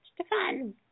Stefan